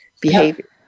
behavior